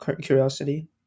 curiosity